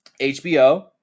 HBO